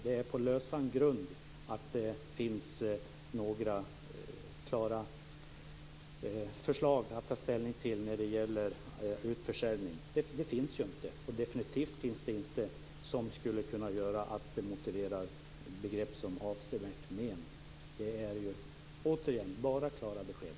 Det hävdas på lösan grund att det finns några klara förslag att ta ställning till när det gäller utförsäljning. De finns ju inte. Definitivt finns de inte i en omfattning som skulle kunna motivera begrepp som "avsevärt mer". Det är återigen bara klara besked.